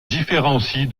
différencie